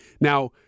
Now